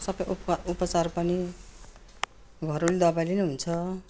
सबै उप उपचार पनि घरेलु दबाईले नै हुन्छ